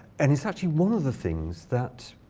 and it's actually one of the things that